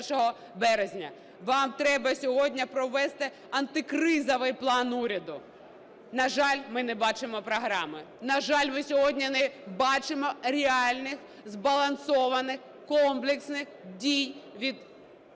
Вам треба сьогодні провести антикризовий план уряду. На жаль, ми не бачимо програми, на жаль, ми сьогодні не бачимо реальних збалансованих комплексних дій від ще